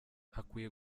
hakwiye